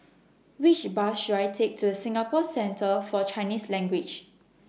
Which Bus should I Take to Singapore Centre For Chinese Language